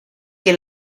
que